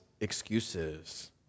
excuses